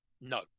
No